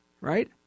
Right